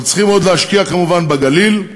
אנחנו צריכים עוד להשקיע כמובן בגליל.